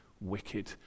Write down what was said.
wicked